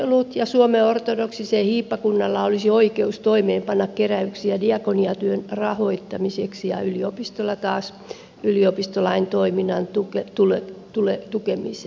kirkolla ja suomen ortodoksisen kirkon hiippakunnalla olisi oikeus toimeenpanna keräyksiä diakoniatyön rahoittamiseksi ja yliopistoilla taas yliopistolain mukaisen toiminnan tukemiseen